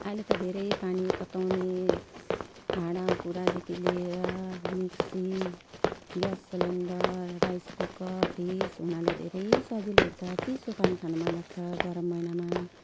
अहिले त धेरै पानी तताउने भाँडा कुँडादेखि लिएर mixie gas cylinder rice cooker fridge हुनाले धेरै सजिलो हुन्छ चिसो पानी खानु मन लाग्छ गरम महिनामा